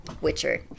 witcher